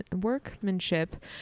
workmanship